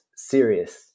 Serious